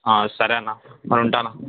సరే అన్నా మరుంటున్నా